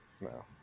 no